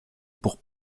pour